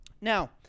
Now